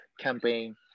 campaign